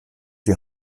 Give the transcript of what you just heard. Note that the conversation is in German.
die